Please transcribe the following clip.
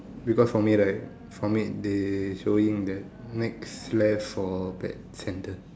because for me right for me they showing that next left for pet centre